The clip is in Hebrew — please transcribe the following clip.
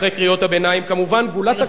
אחרי קריאות הביניים כמובן, נא לסיים.